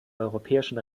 europäischen